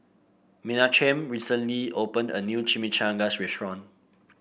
Menachem recently opened a new Chimichangas Restaurant